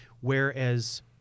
Whereas